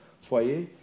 foyer